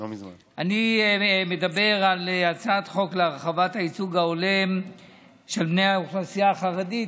אני מדבר על הצעת חוק להרחבת הייצוג ההולם של בני האוכלוסייה החרדית.